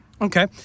Okay